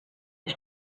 his